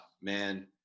man